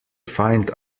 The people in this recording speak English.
find